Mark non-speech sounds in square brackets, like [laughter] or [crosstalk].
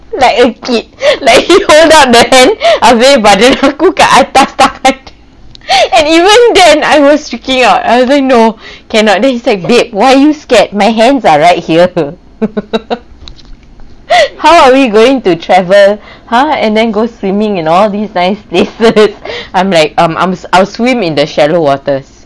like a kid like he hold out the hand habis badan aku kat atas tangan dia [laughs] and even then I was freaking out I was like no cannot then he was like babe why are you scared my hands are right here [laughs] how are we going to travel ha and then go swimming and all these nice places I'm like um I'll I'll swim in the shallow waters